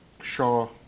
Shaw